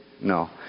no